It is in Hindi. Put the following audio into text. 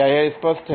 क्या यह स्पष्ट है